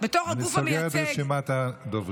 בתור הגוף המייצג, אני סוגר את רשימת הדוברים.